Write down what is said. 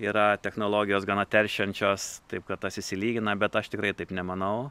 yra technologijos gana teršiančios taip kad tas išsilygina bet aš tikrai taip nemanau